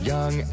Young